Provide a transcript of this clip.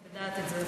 את יודעת את זה,